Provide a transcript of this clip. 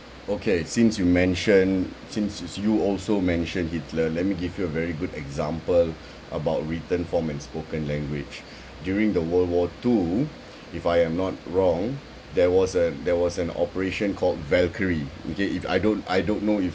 okay since you mention since you also mention hitler let me give you a very good example about written form and spoken language during the world war two if I am not wrong there was a there was an operation called valkyrie okay if I don't I don't know if